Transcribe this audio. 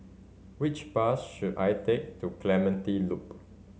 which bus should I take to Clementi Loop